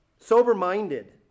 sober-minded